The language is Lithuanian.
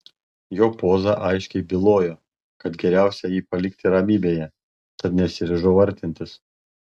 jo poza aiškiai bylojo kad geriausia jį palikti ramybėje tad nesiryžau artintis